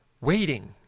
waiting